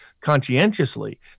conscientiously